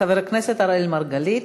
חבר הכנסת אראל מרגלית.